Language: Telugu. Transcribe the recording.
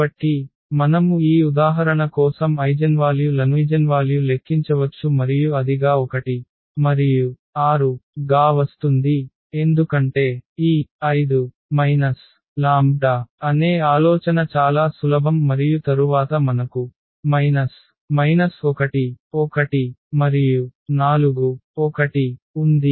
కాబట్టి మనము ఈ ఉదాహరణ కోసం ఐగెన్వాల్యు లను లెక్కించవచ్చు మరియు అది 1 6 గా వస్తుంది ఎందుకంటే ఈ 5 λ అనే ఆలోచన చాలా సులభం మరియు తరువాత మనకు 1 1 4 1 ఉంది